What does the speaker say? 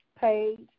page